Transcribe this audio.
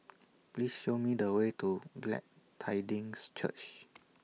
Please Show Me The Way to Glad Tidings Church